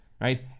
right